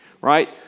right